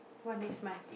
one next month